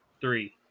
three